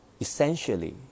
Essentially